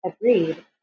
Agreed